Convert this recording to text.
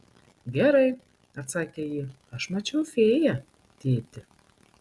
gerai atsakė ji aš mačiau fėją tėti